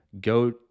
go